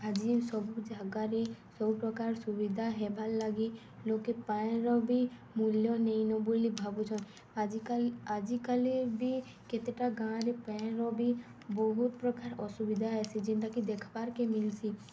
ଆଜି ସବୁ ଜାଗାରେ ସବୁପ୍ରକାର ସୁବିଧା ହେବାର୍ ଲାଗି ଲୋକେ ପାଏନ୍ର ବି ମୂଲ୍ୟ ନେଇନ ବୋଲି ଭାବୁଛନ୍ ଆଜିକାଲି ଆଜିକାଲି ବି କେତେଟା ଗାଁରେ ପାଏନ୍ର ବି ବହୁତ୍ ପ୍ରକାର୍ ଅସୁବିଧା ଆଏସି ଯେନ୍ଟାକି ଦେଖ୍ବାର୍କେ ମିଲ୍ସି